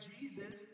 Jesus